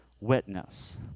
witness